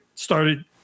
started